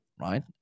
right